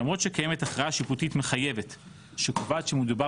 למרות שקיימת הכרעה שיפוטית מחייבת שקובעת שמדובר